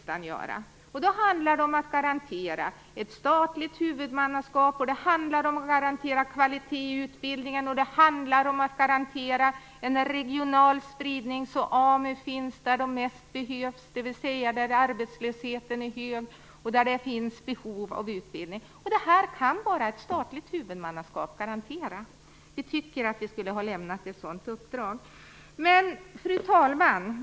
Då handlar det om att garantera ett statligt huvudmannaskap, om att garantera kvalitet i utbildningen och om att garantera en regional spridning, så att AMU finns där man mest behövs, dvs. där arbetslösheten är hög och där det finns behov av utbildning. Det här kan bara ett statligt huvudmannaskap garantera. Vi tycker att riksdagen skulle ha lämnat ett sådant uppdrag. Fru talman!